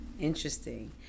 interesting